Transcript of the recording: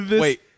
Wait